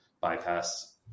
bypass